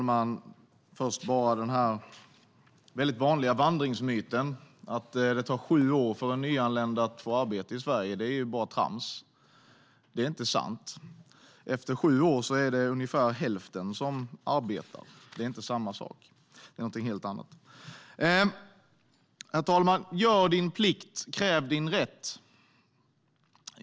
Herr talman! Den vanliga vandringsmyten att det tar sju år för en nyanländ att få arbete i Sverige är trams. Det är inte sant. Efter sju år är det ungefär hälften som arbetar. Det är inte samma sak; det är något helt annat. Herr talman! Gör din plikt, kräv din rätt.